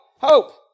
Hope